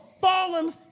fallen